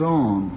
on